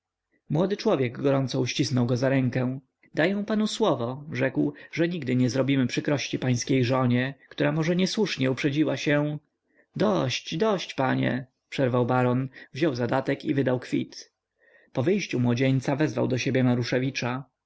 młody człowiek gorąco ścisnął go za rękę daję panu słowo rzekł że nigdy nie zrobimy przykrości pańskiej żonie która może niesłusznie uprzedziła się dość dość panie przerwał baron wziął zadatek i wydał kwit po wyjściu młodzieńca wezwał do siebie maruszewicza